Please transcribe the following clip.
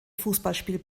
fußballspiel